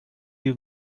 you